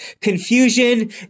confusion